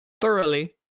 thoroughly